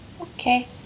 Okay